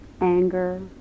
anger